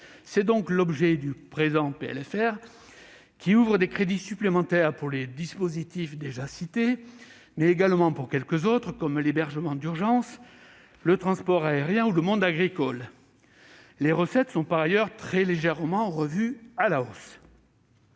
de finances rectificative, qui ouvre des crédits supplémentaires pour les dispositifs déjà cités, mais également pour quelques autres, comme l'hébergement d'urgence, le transport aérien ou le monde agricole. Les recettes sont par ailleurs très légèrement revues à la hausse.